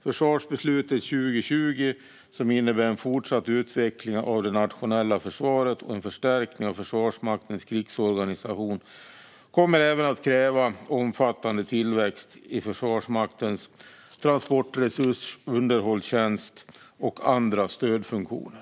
Försvarsbeslutet 2020, som innebär en fortsatt utveckling av det nationella försvaret och en förstärkning av Försvarsmaktens krigsorganisation, kommer även att kräva omfattande tillväxt i Försvarsmaktens transportresurser, underhållstjänst och andra stödfunktioner.